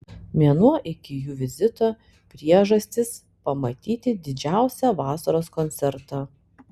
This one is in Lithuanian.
mėnuo iki jų vizito priežastys pamatyti didžiausią vasaros koncertą